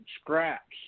scraps